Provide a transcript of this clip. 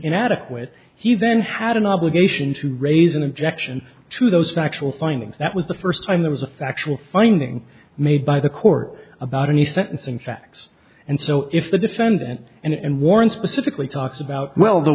inadequate he then had an obligation to raise an objection to those factual findings that was the first time there was a factual finding made by the court about any sentence and facts and so if the defendant and warren specifically talks about well the